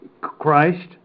Christ